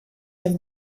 have